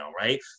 right